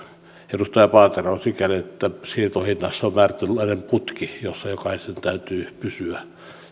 edustaja paateroon sikäli että siirtohinnassa on määrätynlainen putki jossa jokaisen täytyy pysyä